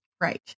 Right